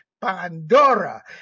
Pandora